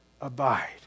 abide